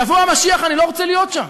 יבוא המשיח, אני לא רוצה להיות שם,